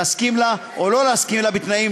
להסכים לה או להסכים לה בתנאים,